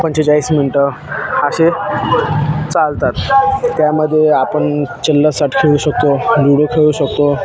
पंचेचाळीस मिनटं असे चालतात त्यामध्ये आपण चिल्लसट खेळू शकतो लुडो खेळू शकतो